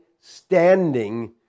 standing